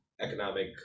economic